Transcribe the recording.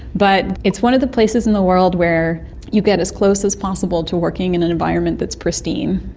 but it's one of the places in the world where you get as close as possible to working in an environment that's pristine.